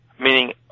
meaning